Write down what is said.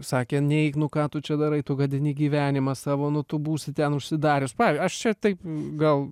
sakė neik nu ką tu čia darai tu gadini gyvenimą savo nu tu būsi ten užsidarius aš čia taip gal